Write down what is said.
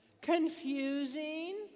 Confusing